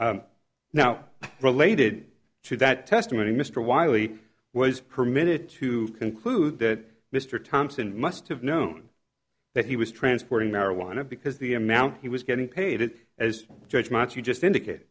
now related to that testimony mr wiley was permitted to conclude that mr thompson must have known that he was transporting marijuana because the amount he was getting paid as judgments you just indicated